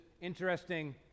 interesting